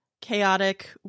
chaotic